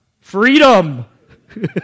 freedom